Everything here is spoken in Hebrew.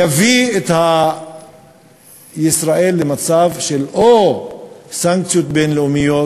יביא את ישראל למצב של סנקציות בין-לאומיות,